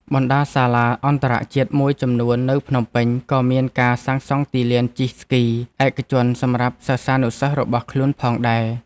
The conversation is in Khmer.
បណ្ដាសាលាអន្តរជាតិមួយចំនួននៅភ្នំពេញ ក៏មានការសាងសង់ទីលានជិះស្គីឯកជនសម្រាប់សិស្សានុសិស្សរបស់ខ្លួនផងដែរ។